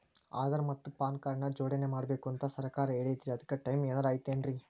ಆಧಾರ ಮತ್ತ PAN card ನ ಜೋಡಣೆ ಮಾಡ್ಬೇಕು ಅಂತಾ ಸರ್ಕಾರ ಹೇಳೈತ್ರಿ ಅದ್ಕ ಟೈಮ್ ಏನಾರ ಐತೇನ್ರೇ?